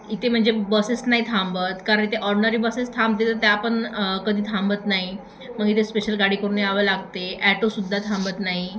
इथे म्हणजे बसेस नाही थांबत कारण इथे ऑर्डनरी बसेस थांबते तर त्या पण कधी थांबत नाही मग इथे स्पेशल गाडी करून यावं लागते ॲटोसुद्धा थांबत नाही